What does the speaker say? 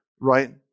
right